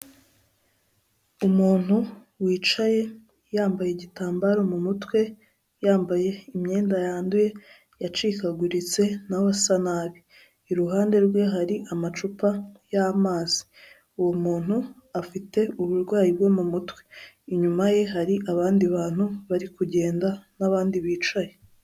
Umuntu wicaye yambaye igitambaro mu mutwe, yambaye imyenda yanduye yacikaguritse na we asa nabi, iruhande rwe hari amacupa y'amazi, uwo muntu afite uburwayi bwo mu mutwe, inyuma ye hari abandi bantu bari kugenda n'abandi bicaye.